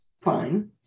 fine